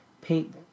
Paint